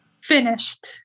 Finished